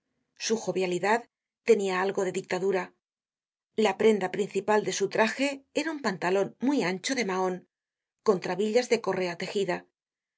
su jovialidad tenia algo de dictadura la prenda principal de su traje era un pantalon muy ancho de mahon con trabillas de correa tejida